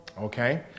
Okay